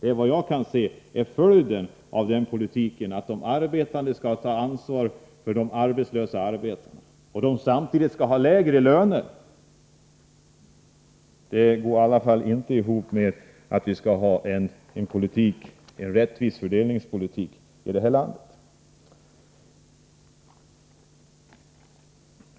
Såvitt jag kan se blir följden av denna politik att de arbetande skall ta ansvar för de arbetslösa arbetarna och att de samtidigt skall ha lägre löner. Detta går i varje fall inte ihop med en rättvis fördelningspolitik.